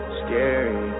scary